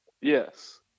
Yes